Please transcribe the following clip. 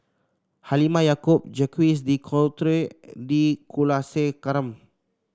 Halimah Yacob Jacques De Coutre T Kulasekaram